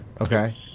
Okay